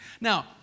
Now